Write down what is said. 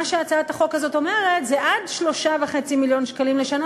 מה שהצעת החוק הזאת אומרת זה שעד 3.5 מיליון שקלים לשנה,